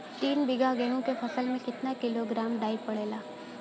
तीन बिघा गेहूँ के फसल मे कितना किलोग्राम डाई पड़ेला?